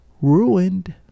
ruined